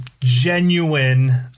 genuine